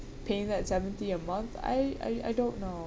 paying that seventy a month I I I don't know